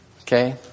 Okay